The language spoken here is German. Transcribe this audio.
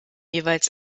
jeweils